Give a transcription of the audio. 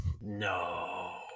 no